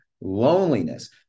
loneliness